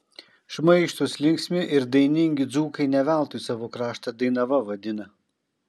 šmaikštūs linksmi ir dainingi dzūkai ne veltui savo kraštą dainava vadina